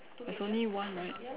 there's only one right